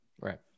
Right